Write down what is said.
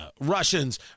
Russians